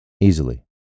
Easily